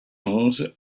onze